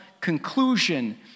conclusion